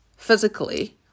Physically